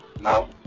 now